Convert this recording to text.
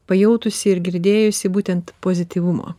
pajautusi ir girdėjusi būtent pozityvumo